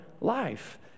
life